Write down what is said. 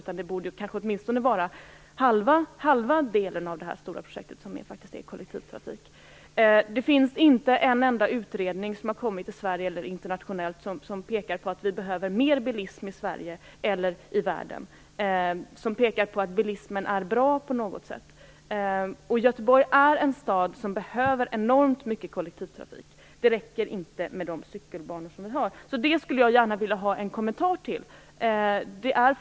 Jag tycker att åtminstone hälften av detta stora projekt borde vara kollektivtrafik. Det finns inte en enda utredning som har lagts fram i Sverige eller internationellt som pekar på att vi behöver mer bilism i Sverige eller i världen och som pekar på att bilismen är bra på något sätt. Och Göteborg är en stad som behöver enormt mycket kollektivtrafik. Det räcker inte med de cykelbanor som vi har. Det skulle jag gärna vilja ha en kommentar till.